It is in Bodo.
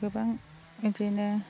गोबां बिदिनो